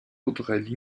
audrey